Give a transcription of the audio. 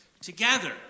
Together